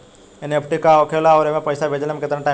NEFT का होखे ला आउर एसे पैसा भेजे मे केतना टाइम लागेला?